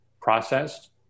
processed